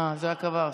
אה, זה רק עבר.